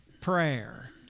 prayer